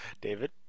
David